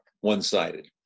one-sided